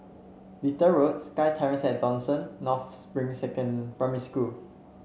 Little Road SkyTerrace at Dawson North Spring Second Primary School